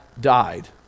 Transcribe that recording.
died